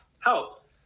helps